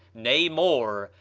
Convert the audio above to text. nay, more,